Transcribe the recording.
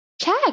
Check